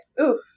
oof